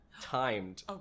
timed